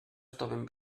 estoven